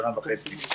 שנה וחצי,